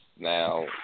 Now